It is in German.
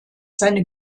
seine